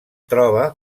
troba